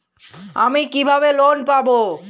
আমি কিভাবে লোন পাব?